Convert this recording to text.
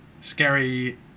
Scary